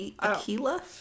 Aquila